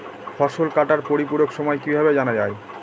ফসল কাটার পরিপূরক সময় কিভাবে জানা যায়?